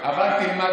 דיבורים.